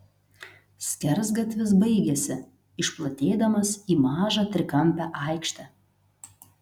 skersgatvis baigėsi išplatėdamas į mažą trikampę aikštę